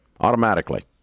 automatically